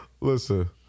Listen